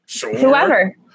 Whoever